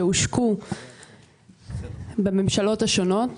שהושקו בממשלות השונות,